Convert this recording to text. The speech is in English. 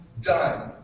done